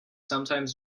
sometimes